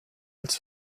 als